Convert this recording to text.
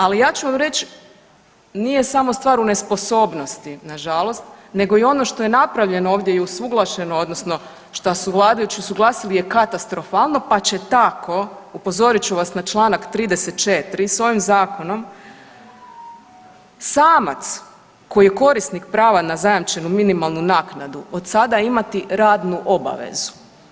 Ali ja ću vam reć nije samo stvar u nesposobnosti nažalost nego i ono što je napravljeno ovdje i usuglašeno odnosno što su vladajući usuglasili je katastrofalno pa će tako upozorit ću vas na čl. 34. s ovim zakonom samac koji je korisnik prava na zajamčenu minimalnu naknadu od sada imati radnu obavezu.